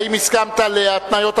האם הסכמת להתניות הממשלה?